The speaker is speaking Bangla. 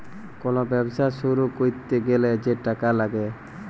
কল ব্যবছা শুরু ক্যইরতে গ্যালে যে টাকা ল্যাগে